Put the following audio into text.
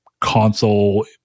console